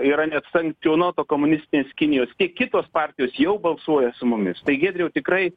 yra net sankcionuota komunistinės kinijos tiek kitos partijos jau balsuoja su mumis tai giedriau tikrai